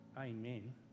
Amen